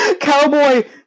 Cowboy